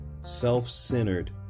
self-centered